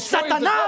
Satan